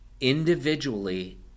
individually